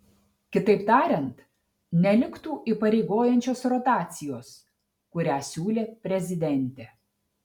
kitaip tariant neliktų įpareigojančios rotacijos kurią siūlė prezidentė